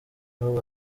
n’ubu